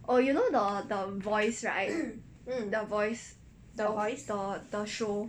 the voice